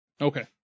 Okay